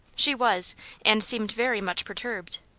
she was and seemed very much perturbed.